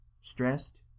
stressed